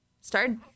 started